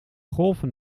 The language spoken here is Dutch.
golven